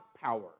power